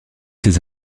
ses